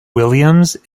williams